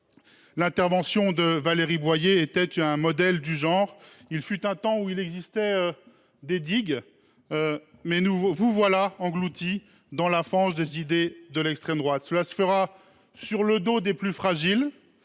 L’intervention de Valérie Boyer était un modèle du genre. Il fut un temps où il existait des digues et vous voilà engloutis dans la fange des idées de l’extrême droite. Cette proposition de loi, qui se